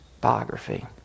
biography